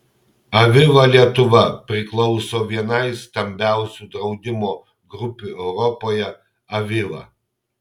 aviva lietuva priklauso vienai stambiausių draudimo grupių europoje aviva